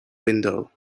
window